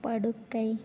படுக்கை